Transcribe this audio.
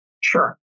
Sure